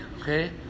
okay